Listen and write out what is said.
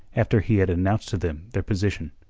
after he had announced to them their position,